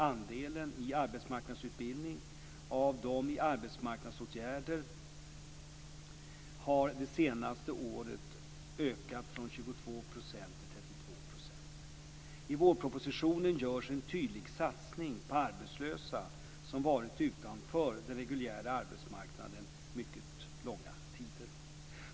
Andelen i arbetsmarknadsutbildning av dem i arbetsmarknadsåtgärder har det senaste året ökat från 22 % till 32 %. I vårpropositionen görs en tydlig satsning på arbetslösa som varit utanför den reguljära arbetsmarknaden mycket långa tider.